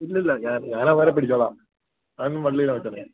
ഇല്ലില്ല ഞാൻ ഞാൻ അവന്മാരെ പിടിച്ചുകൊള്ളാം അതിനൊന്നും വള്ളിയല്ല മച്ചാനെ